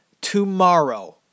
tomorrow